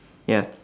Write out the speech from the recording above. ya